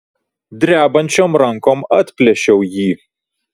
drebančiom rankom atplėšiau jį